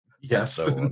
Yes